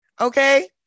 Okay